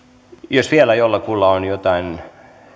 jos vielä jollakulla on jotain